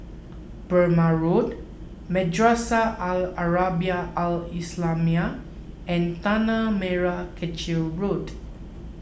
Burmah Road Madrasah Al Arabiah Al Islamiah and Tanah Merah Kechil Road